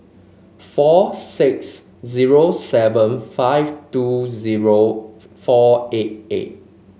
four six zero seven five two zero four eight eight